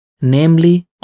namely